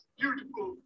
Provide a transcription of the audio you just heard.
beautiful